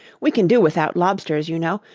we can do without lobsters, you know.